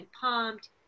pumped